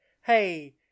hey